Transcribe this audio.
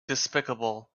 despicable